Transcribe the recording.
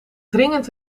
dringend